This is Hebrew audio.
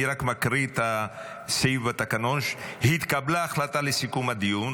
אני רק מקריא את הסעיף בתקנון: התקבלה החלטה לסיכום הדיון,